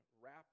wrap